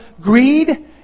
greed